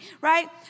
right